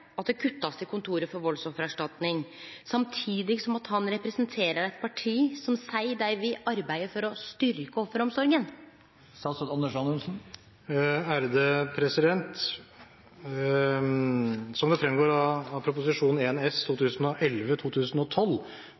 at det kuttes i Kontoret for voldsoffererstatning, samtidig som han representerer et parti som sier de jobber for å styrke offeromsorgen?» Som det fremgår av Prop. 1 S for 2011–2012 fra Arbeiderpartiet-, SV- og Senterparti-regjeringen, foreslo den daværende regjeringen at Kontoret for voldsoffererstatning midlertidig skulle gis en